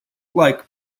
like